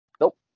Nope